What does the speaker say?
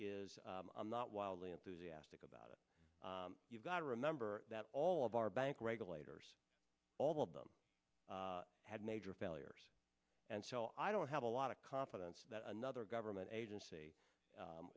is i'm not wildly enthusiastic about it you've got to remember that all of our bank regulators all of them had major failures and so i don't have a lot of confidence that another government agency